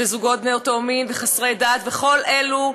וזוגות בני אותו מין, וחסרי דת, וכל אלו,